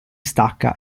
stacca